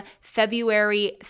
February